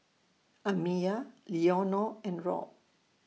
Amiyah Leonor and Rob